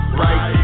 right